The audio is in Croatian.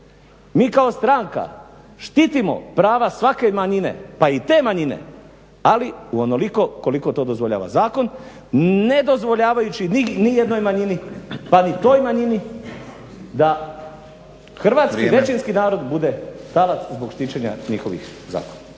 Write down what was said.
mi kao stranka štitimo prava svake manjine pa i te manjine, ali onoliko koliko to dozvoljava zakon nedozvoljavajući nijednoj manjini pa ni toj manjini da hrvatski većinski narod bude talac zbog štićenja njihovih zakona.